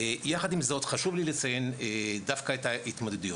יחד עם זאת, חשוב לי לציין דווקא את ההתמודדות,